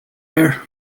air